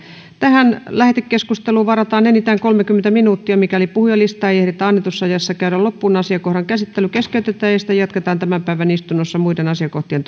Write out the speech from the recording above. lähetekeskusteluun varataan enintään kolmekymmentä minuuttia mikäli puhujalistaa ei ehditä annetussa ajassa käydä loppuun asiakohdan käsittely keskeytetään ja sitä jatketaan tämän päivän istunnossa muiden asiakohtien